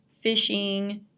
fishing